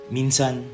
Minsan